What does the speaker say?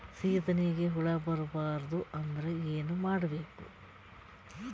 ಸೀತ್ನಿಗೆ ಹುಳ ಬರ್ಬಾರ್ದು ಅಂದ್ರ ಏನ್ ಮಾಡಬೇಕು?